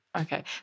Okay